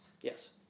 Yes